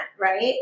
right